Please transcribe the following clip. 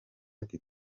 ati